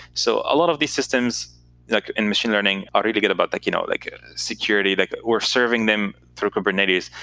so a lot of these systems in machine learning are really good about like you know like security. like we're serving them through kubernetes.